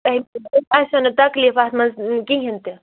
تۄہہِ آسوٕ نہٕ تکلیٖف اَتھ منٛز کِہیٖنۍ تہِ